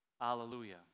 Hallelujah